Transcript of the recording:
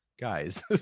guys